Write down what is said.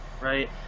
right